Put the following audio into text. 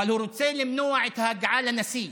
אבל הוא רוצה למנוע את ההגעה לנשיא.